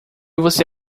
você